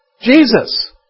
Jesus